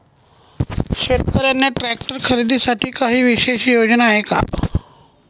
शेतकऱ्यांना ट्रॅक्टर खरीदीसाठी काही विशेष योजना आहे का?